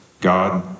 God